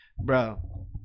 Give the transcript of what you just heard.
Bro